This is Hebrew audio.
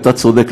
אתה צודק,